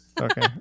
okay